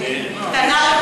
קטנה,